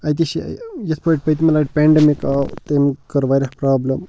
اَتہِ چھِ یِتھ پٲٹھۍ پٔتۍمہِ لَٹہِ پینڈَمِک آو تٔمۍ کٔر واریاہ پرٛابلٕم